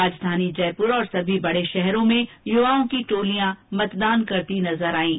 राजधानी जयपुर और सभी बड़े शहरों में युवाओं की टोलियां मतदान करती नजर आईं